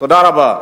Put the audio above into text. תודה רבה.